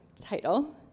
title